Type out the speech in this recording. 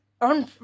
on